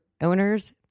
owners